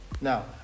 Now